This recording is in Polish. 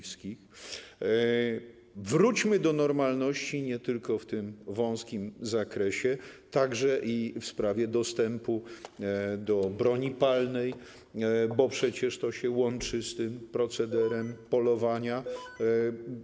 Wróćmy do normalności nie tylko w tym wąskim zakresie, także w sprawie dostępu do broni palnej, bo przecież to się łączy z tym procederem polowania.